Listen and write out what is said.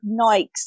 nikes